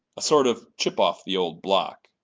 a sort of chip of the old block.